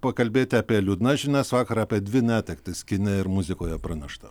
pakalbėti apie liūdnas žinias vakar apie dvi netektis kine ir muzikoje pranešta